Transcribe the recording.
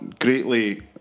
greatly